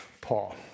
Paul